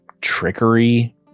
trickery